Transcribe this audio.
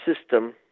system